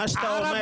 מה שאתה אומר.